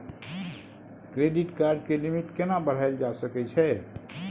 Credit card के limit केना बढायल जा सकै छै?